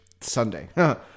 Sunday